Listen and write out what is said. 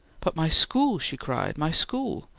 but my school! she cried. my school!